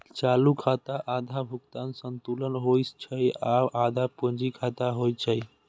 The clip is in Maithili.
चालू खाता आधा भुगतान संतुलन होइ छै आ आधा पूंजी खाता होइ छै